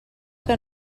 que